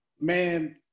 Man